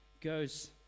goes